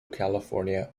california